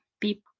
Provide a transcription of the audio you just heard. people